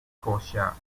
scotia